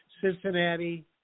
Cincinnati